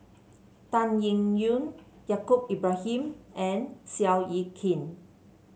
Tan Eng Yoon Yaacob Ibrahim and Seow Yit Kin